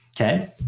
okay